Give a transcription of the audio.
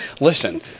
Listen